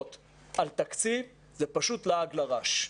בשל היעדר תקציב זה פשוט לעג לרש.